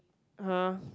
!huh!